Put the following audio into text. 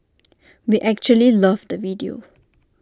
we actually loved the video